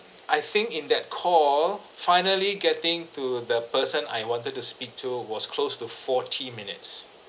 I think in that call finally getting to the person I wanted to speak to a was close to forty minutes